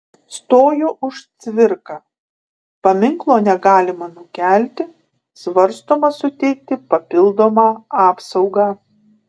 stojo už cvirką paminklo negalima nukelti svarstoma suteikti papildomą apsaugą